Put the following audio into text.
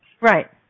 Right